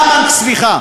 סליחה.